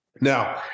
Now